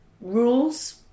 rules